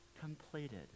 Completed